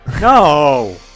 No